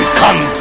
come